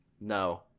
No